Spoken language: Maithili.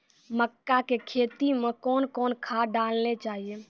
मक्का के खेती मे कौन कौन खाद डालने चाहिए?